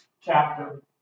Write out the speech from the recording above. chapter